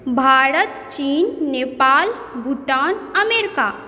भारत चीन नेपाल भूटान अमेरिका